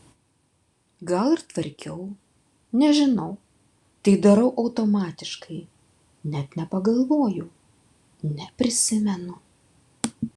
gal ir tvarkiau nežinau tai darau automatiškai net nepagalvoju neprisimenu